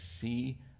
see